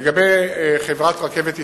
לגבי חברת "רכבת ישראל"